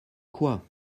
quoi